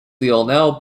lionel